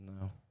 No